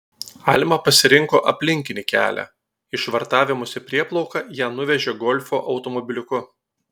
alma pasirinko aplinkinį kelią į švartavimosi prieplauką ją nuvežė golfo automobiliuku